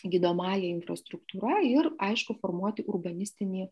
gydomąja infrastruktūra ir aišku formuoti urbanistinį